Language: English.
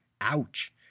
Ouch